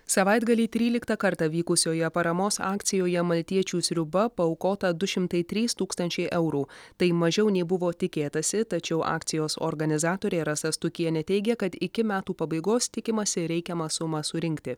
savaitgalį tryliktą kartą vykusioje paramos akcijoje maltiečių sriuba paaukota du šimtai trys tūkstančiai eurų tai mažiau nei buvo tikėtasi tačiau akcijos organizatorė rasa stukienė teigia kad iki metų pabaigos tikimasi reikiamą sumą surinkti